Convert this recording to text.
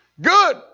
good